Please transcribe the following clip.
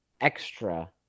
extra